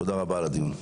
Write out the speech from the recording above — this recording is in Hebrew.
תודה רבה על הדיון.